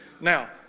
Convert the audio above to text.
Now